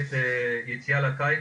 במצגת יציאה לקיץ,